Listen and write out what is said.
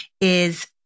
is-